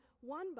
one